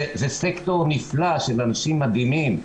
זה סקטור נפלא של אנשים מדהימים.